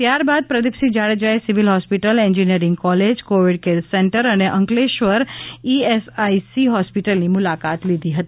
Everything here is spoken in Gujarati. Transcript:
ત્યારબાદ પ્રદીપસિંહ જાડેજાયે civil hospital engineering college Covid care centre ને અંકલેશ્વર ઇએસઆઇસી હોસ્પિટલની મુલાકાત લીધી હતી